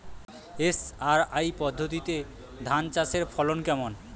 SRI পদ্ধতিতে ধান চাষের ফলন কেমন?